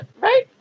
Right